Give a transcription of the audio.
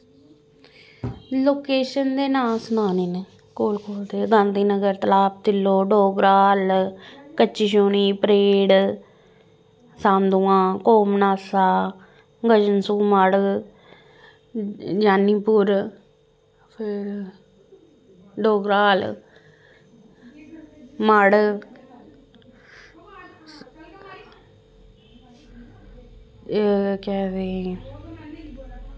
location दे नांऽ सनाने न कोल कोल दे गांधी नगर तलाब तिल्लो डोगरा हाल कच्ची छौनी परेड सांदमां घौ मनासा गजन सू मढ़ जानीपुर फिर डोगरा हाल मढ़ केह् आखदे